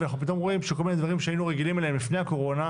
ואנחנו פתאום רואים שכל מיני דברים שהיינו רגילים אליהם לפני הקורונה,